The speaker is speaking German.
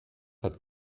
hat